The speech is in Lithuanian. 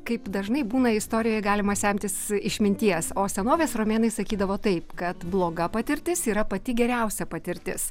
kaip dažnai būna istorijoje galima semtis išminties o senovės romėnai sakydavo taip kad bloga patirtis yra pati geriausia patirtis